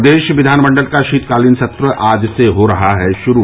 प्रदेश विधानमंडल का शीतकालीन सत्र आज से हो रहा है शुरू